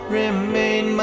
remain